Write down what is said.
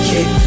Kick